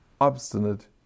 obstinate